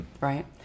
right